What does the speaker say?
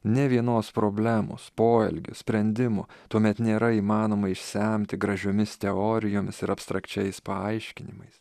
nė vienos problemos poelgių sprendimų tuomet nėra įmanoma išsemti gražiomis teorijomis ir abstrakčiais paaiškinimais